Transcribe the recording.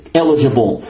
eligible